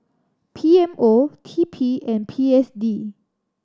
P M O T P and P S D